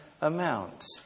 amount